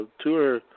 tour